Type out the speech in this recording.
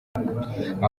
aba